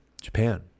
Japan